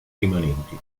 rimanenti